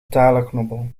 talenknobbel